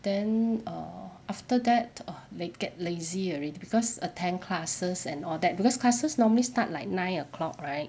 then err after that err la~ get lazy already because attend classes and all that because classes normally start like nine o'clock right